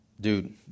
Dude